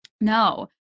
No